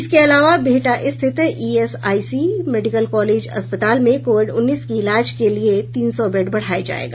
इसके अलावा बिहटा स्थित ईएसआईसी मेडिकल कॉलेज अस्पताल में कोविड उन्नीस की इलाज के लिये तीन सौ बेड बढ़ाया जायेगा